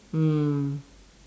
mm